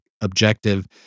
objective